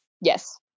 yes